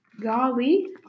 Golly